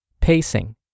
pacing